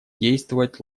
действовать